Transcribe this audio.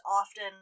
often